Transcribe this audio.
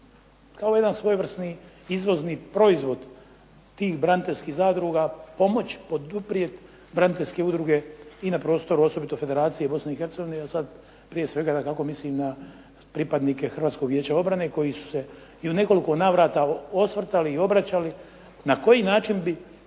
kao jedan svojevrsni izvozni proizvod tih braniteljskih zadruga pomoći, poduprijeti braniteljske udruge i na prostoru, osobito Federacije Bosne i Hercegovine, i sad prije svega dakako mislim na pripadnike Hrvatskog vijeća obrane koji su se i u nekoliko navrata osvrtali i obraćali na koji način bi